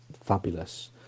fabulous